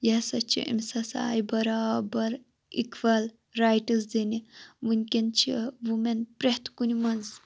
یہِ ہسا چھ أمِس ہَسا آیہِ بَرابَر اِکوَل رایٹٕس دِنہِ ونکیٚن چھِ وومیٚن پرٛٮ۪تھ کُنہِ منٛز